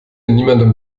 niemandem